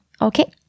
Okay